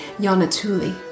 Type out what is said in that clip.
Yanatuli